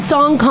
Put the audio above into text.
Song